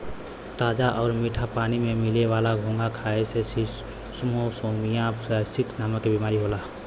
ताजा आउर मीठा पानी में मिले वाला घोंघा खाए से शिस्टोसोमियासिस नाम के बीमारी होला